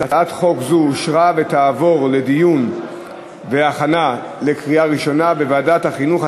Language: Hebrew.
הצעת חוק זו אושרה ותעבור לדיון והכנה לקריאה ראשונה בוועדת החינוך,